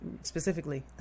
specifically